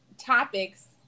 topics